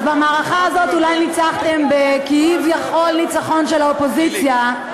אז במערכה הזאת אולי ניצחתם בכביכול ניצחון של האופוזיציה,